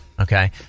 Okay